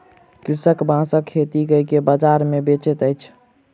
कृषक बांसक खेती कय के बाजार मे बेचैत अछि